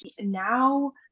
now